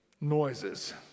noises